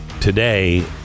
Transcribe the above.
Today